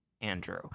andrew